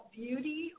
beauty